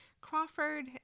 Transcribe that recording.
Crawford